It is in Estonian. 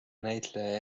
näitleja